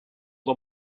the